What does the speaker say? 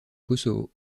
kosovo